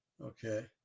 okay